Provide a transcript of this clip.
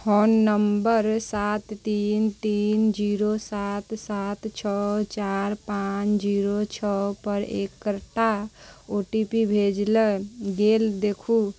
phone number सात तीन तीन जीरो सात सात छओ चार पाँच जीरो छओपर एकटा ओ टी पी भेजल गेल देखू